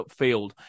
upfield